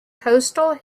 postal